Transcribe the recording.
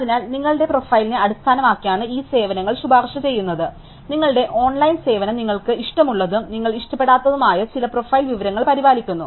അതിനാൽ നിങ്ങളുടെ പ്രൊഫൈലിനെ അടിസ്ഥാനമാക്കിയാണ് ഈ സേവനങ്ങൾ നിങ്ങൾക്ക് ശുപാർശ ചെയ്യുന്നത് നിങ്ങളുടെ ഓൺലൈൻ സേവനം നിങ്ങൾക്ക് ഇഷ്ടമുള്ളതും നിങ്ങൾക്ക് ഇഷ്ടപ്പെടാത്തതുമായ ചില പ്രൊഫൈൽ വിവരങ്ങൾ പരിപാലിക്കുന്നു